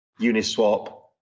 Uniswap